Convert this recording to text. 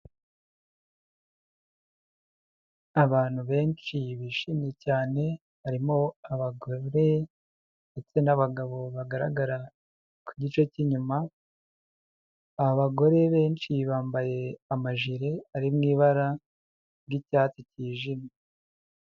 Abantu benshi bishimye cyane harimo abagore ndetse n'abagabo bagaragara ku gice cy'inyuma, abagore benshi bambaye amajire ari mu ibara ry'icyatsi kijimye.